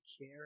care